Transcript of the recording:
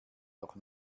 doch